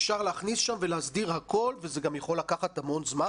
אפשר להכניס שם ולהסדיר הכול וזה גם יכול לקחת הרבה זמן,